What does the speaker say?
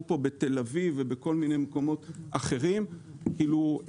פה בתל אביב ובכל מיני מקומות אחרים עובדים.